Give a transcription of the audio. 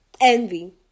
Envy